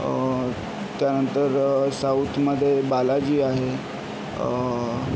त्यानंतर साऊथमध्ये बालाजी आहे